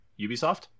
Ubisoft